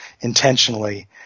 intentionally